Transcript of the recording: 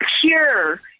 pure